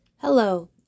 Hello